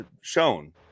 shown